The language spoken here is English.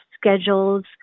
schedules